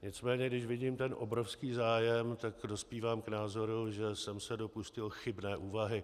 Nicméně když vidím ten obrovský zájem, dospívám k názoru, že jsem se dopustil chybné úvahy.